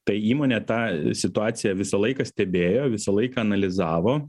tai įmonė tą situaciją visą laiką stebėjo visą laiką analizavo